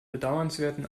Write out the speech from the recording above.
bedauernswerten